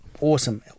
Awesome